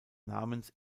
namens